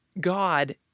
God